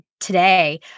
today